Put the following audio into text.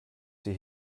sie